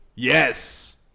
yes